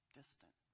distant